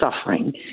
suffering